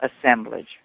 assemblage